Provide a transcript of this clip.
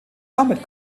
damit